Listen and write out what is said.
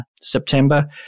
September